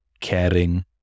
caring